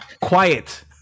quiet